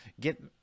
get